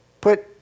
put